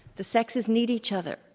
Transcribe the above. the sexes need each other.